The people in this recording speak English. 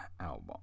album